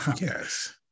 Yes